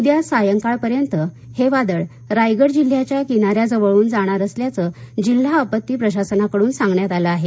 उद्या सायंकाळपर्यंत हे वादळ रायगड जिल्ह्याच्या किनाऱ्या जवळून जाणार असल्याचे जिल्हा आपत्ती प्रशासनाकडून सांगण्यात आलं आहे